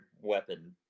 weapon